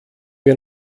wir